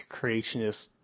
creationist